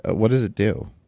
what does it do?